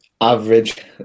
Average